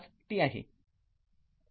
५ t आहे